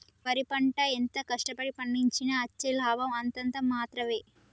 వరి పంట ఎంత కష్ట పడి పండించినా అచ్చే లాభం అంతంత మాత్రవే